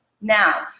Now